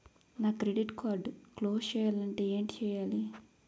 నా credit card close చేయాలంటే ఏంటి చేయాలి?